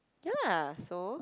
ya lah so